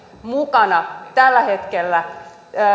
mukana tällä hetkellä